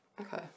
Okay